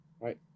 right